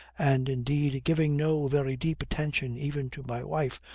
and, indeed, giving no very deep attention even to my wife,